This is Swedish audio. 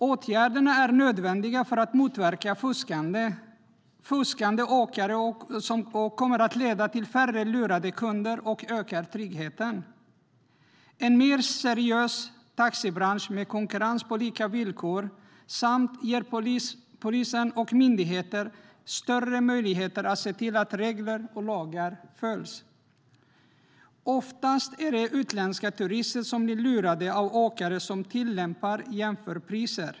Åtgärderna är nödvändiga för att motverka fuskande åkare och kommer att leda till färre lurade kunder, ökad trygghet och en mer seriös taxibransch med konkurrens på lika villkor, och de ger polis och myndigheter större möjlighet att se till att regler och lagar följs. Oftast är det utländska turister som blir lurade av åkare som tillämpar jämförpriser.